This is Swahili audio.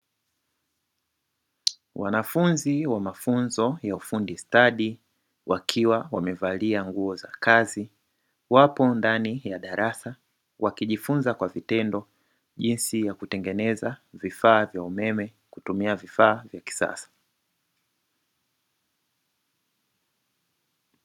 Wanafunzi wa mafunzo ya ufundi stadi wakiwa wamevalia nguo za kazi, wapo ndani ya darasa wakijifunza kwa vitendo jinsi ya kutengeneza vifaa vya umeme wakitumia vifaa vya kisasa.